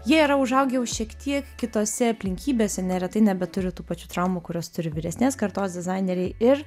jie yra užaugę jau šiek tiek kitose aplinkybėse neretai nebeturi tų pačių traumų kurias turi vyresnės kartos dizaineriai ir